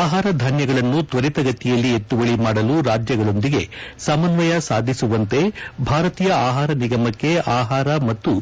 ಆಹಾರ ಧಾನ್ಯಗಳನ್ನು ತ್ವರಿತಗಳಿಯಲ್ಲಿ ಎತ್ತುವಳಿ ಮಾಡಲು ರಾಜ್ಯಗಳೊಂದಿಗೆ ಸಮನ್ವಯ ಸಾಧಿಸುವಂತೆ ಭಾರತೀಯ ಆಹಾರ ನಿಗಮಕ್ಕೆ ಆಹಾರ ಮತ್ತು